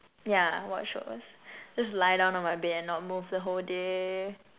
yeah watch shows just lie down on my bed and not move the whole day